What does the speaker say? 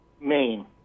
Maine